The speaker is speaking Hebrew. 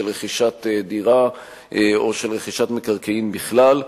של רכישת דירה או רכישת מקרקעין בכלל.